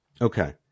Okay